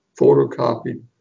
photocopied